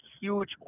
huge